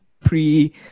pre